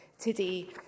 today